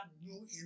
new